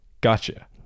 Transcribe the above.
gotcha